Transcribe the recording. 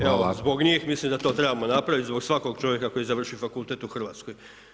Evo zbog njih mislim da to trebamo napraviti, zbog svakog čovjeka koji završi fakultet u Hrvatskoj.